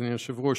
אדוני היושב-ראש.